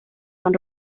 van